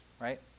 right